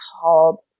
called